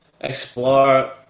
explore